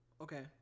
Okay